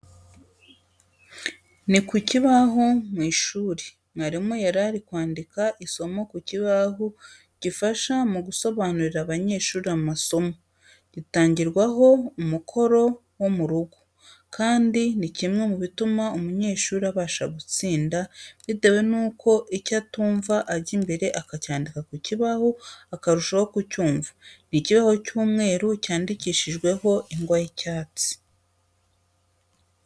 Ni ku kibaho mu ishuri, mwarimu yari ari kwandika isomo ku kibaho gifasha mu gusobanurira abanyeshuri amasomo, gitangirwaho umukoro wo mu rugo, kandi ni kimwe mubituma umunyeshuri abasha gutsinda, bitewe nuko icyo atumva ajya imbere akacyandika ku kibaho akarushaho kucyumva. Ni ikibaho cy'umweru cyandikishijweho ingwa y'icyatsi